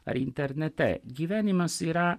ar internete gyvenimas yra